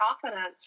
confidence